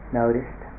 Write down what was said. noticed